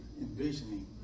envisioning